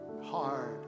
hard